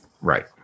Right